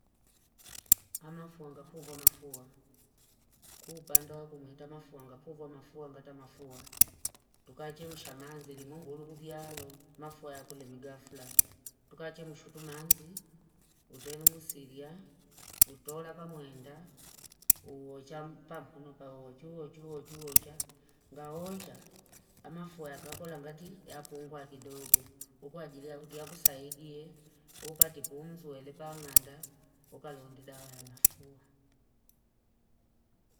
Amafunga kuvonafua kupande wakunita mafua ngakung'ata mafua tukachemsha amzi mungulu kufyalo mafua yako ni mugafla tukachemshi tu mi manzi utelumu silia nikutola kwa mwenda uuuwo champa wo chuo chuo chuo cha ngawoncha ngayakolya ati yapungua kidogo ukwa ajili ngati akusaidie ukati pumzi weli pa ng'anda ukalondi dawa ya mafua.